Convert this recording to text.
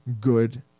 good